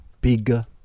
bigger